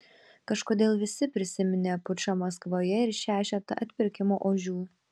kažkodėl visi prisiminė pučą maskvoje ir šešetą atpirkimo ožių